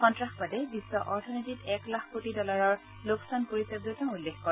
সন্তাসবাদে বিশ্ব অৰ্থনীতিত এক লাখ কোটি ডলাৰৰ লোকচান কৰিছে বুলিও তেওঁ উল্লেখ কৰে